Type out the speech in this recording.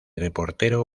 reportero